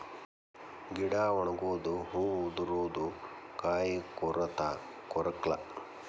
ಗಿಡಾ ಒಣಗುದು ಹೂ ಉದರುದು ಕಾಯಿ ಕೊರತಾ ಕೊರಕ್ಲಾ